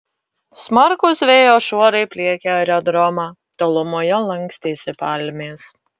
smarkūs vėjo šuorai pliekė aerodromą tolumoje lankstėsi palmės